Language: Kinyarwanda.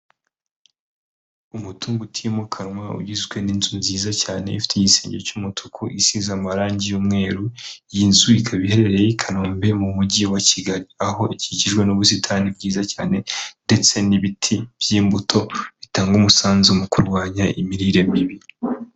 Umutungo utimukanwa ugizwe n'inzu nziza cyane ifite igisenge cy'umutuku, isize amarangi y'umweru, iyi nzu ikaba iherereye i Kanombe mu mujyi wa Kigali, aho ikikijwe n'ubusitani bwiza cyane ndetse n'ibiti by'imbuto bitanga umusanzu mu kurwanya imirire mibi.